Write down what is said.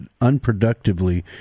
unproductively